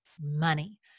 money